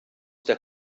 der